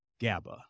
GABA